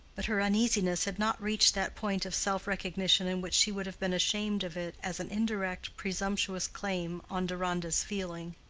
but her uneasiness had not reached that point of self-recognition in which she would have been ashamed of it as an indirect, presumptuous claim on deronda's feeling.